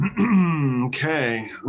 Okay